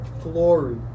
glory